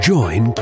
Join